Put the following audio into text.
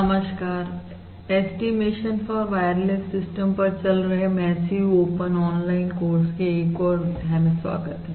नमस्कार estimation for wireless system पर चल रहे मैसिव ओपन ऑनलाइन कोर्स के एक और अध्याय में स्वागत है